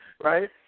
right